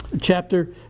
chapter